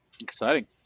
Exciting